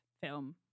film